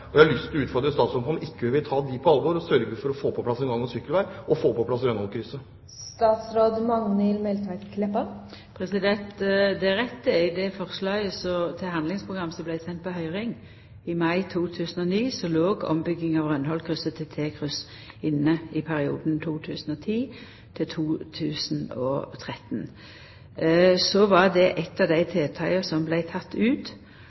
Jeg har lyst til å utfordre statsråden på om ikke hun vil ta dem på alvor og sørge for å få på plass en gang- og sykkelvei, og få på plass Rønholtkrysset. Det er rett at i det forslaget til handlingsprogram som vart sendt på høyring i mai 2009, låg ombygging av Rønholtkrysset til T-kryss inne i perioden 2010–2013. Så var dette eit av dei tiltaka som vart teke ut